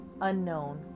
unknown